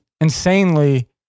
insanely